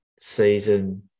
season